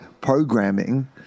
programming